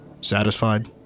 Satisfied